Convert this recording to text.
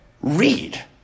read